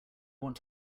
want